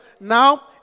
now